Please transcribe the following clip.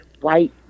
white